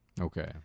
Okay